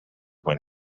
when